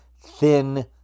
thin